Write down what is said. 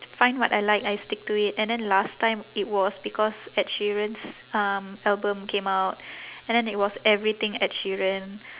find what I like I stick to it and then last time it was because ed sheeran's um album came out and then it was everything ed sheeran